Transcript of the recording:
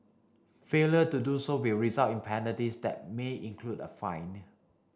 failure to do so will result in penalties that may include a fine